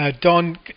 Don